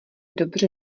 dobře